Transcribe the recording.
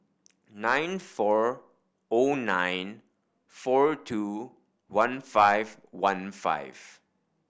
nine four O nine four two one five one five